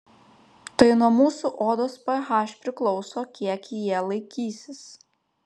tai nuo mūsų odos ph priklauso kiek jie laikysis